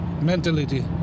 mentality